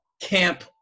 camp